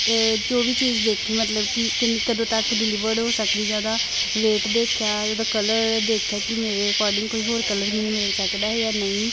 ਜੋ ਵੀ ਚੀਜ਼ ਦੇਖੀ ਮਤਲਬ ਕਿ ਕਿਨੀ ਕਦੋਂ ਤੱਕ ਡਿਲੀਵਰਡ ਹੋ ਸਕਦੀ ਜਾਂ ਉਹਦਾ ਰੇਟ ਦੇਖਿਆ ਉਹਦਾ ਕਲਰ ਦੇਖਿਆ ਕਿ ਮੇਰੇ ਅਕੋਰਡਿੰਗ ਕੋਈ ਹੋਰ ਕਲਰ ਮੈਨੂੰ ਮਿਲ ਸਕਦਾ ਹੈ ਜਾਂ ਨਹੀਂ